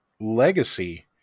legacy